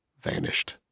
vanished